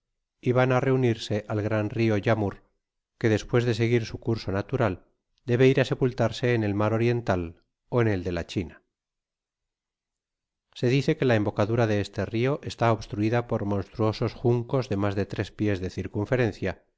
y van á reunirse al gran rio yamur que despues de seguir su curso natural debe ir á sepultarse en el mar oriental ó en el de la china se dice que la embocadura d e este rio está obstruida por monstruosos juncos de mas de tres pies de circunferencia